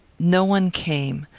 no one came.